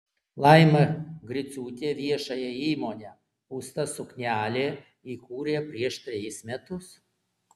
laima griciūtė viešąją įmonę pūsta suknelė įkūrė prieš trejus metus